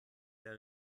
der